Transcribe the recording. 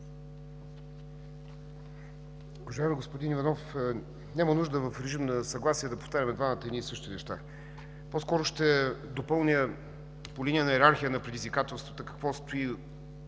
Уважаеми господин Иванов, няма нужда в режим на съгласие да повтаряме едни и същи неща. По-скоро ще допълня по линия на йерархия на предизвикателствата какво стои